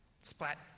splat